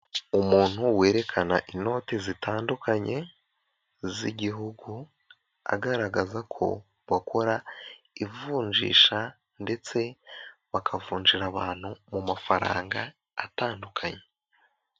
Umuntu werekana inoti zitandukanye z'igihugu, agaragaza ko bakora ivunjisha ndetse bakavunjira abantu mu mafaranga atandukanye.